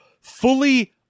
fully